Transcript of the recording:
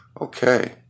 Okay